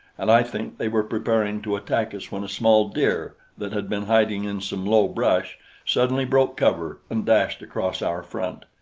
and i think they were preparing to attack us when a small deer that had been hiding in some low brush suddenly broke cover and dashed across our front.